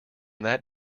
that